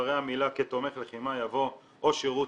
אחרי המילה 'כתומך לחימה' יבוא 'או שירות